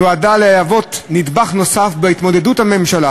נועדה להוות נדבך נוסף בהתמודדות הממשלה